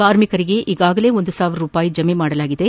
ಕಾರ್ಮಿಕರಿಗೆ ಈಗಾಗಲೇ ಒಂದು ಸಾವಿರ ರೂಪಾಯಿ ಜಮಾ ಮಾಡಲಾಗಿದೆ